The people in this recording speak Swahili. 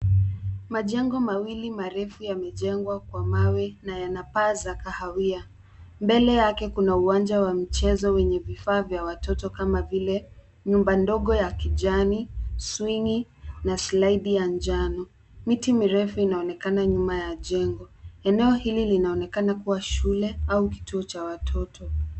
Majengo mawili marefu yamejengwa kwa mawe na yana paa za kahawia. Mbele yake kuna uwanja wa mchezo wenye vifaa vya watoto kama vile nyumba ndogo ya kijani, swingi na slaidi ya njano. Miti mirefu inaonekana nyuma ya jengo. Eneo hili linaonekana kuwa shule au kituo cha watoto.